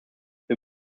wir